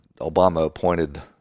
Obama-appointed